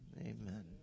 amen